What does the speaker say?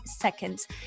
seconds